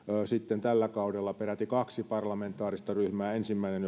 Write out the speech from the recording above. sitten tällä kaudella oli peräti kaksi parlamentaarista ryhmää ensimmäinen